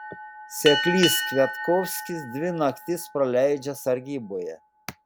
seklys kviatkovskis dvi naktis praleidžia sargyboje